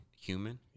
human